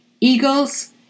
Eagles